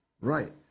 right